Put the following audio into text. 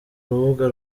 rubuga